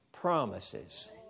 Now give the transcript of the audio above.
promises